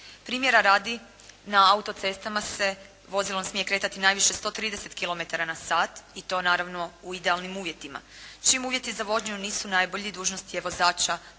Primjera radi, na autocestama se vozilom smije kretati najviše 130 kilometara na sat i to naravno u idealnim uvjetima. Čim uvjeti za vožnju nisu najbolji dužnost je vozača